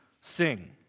sing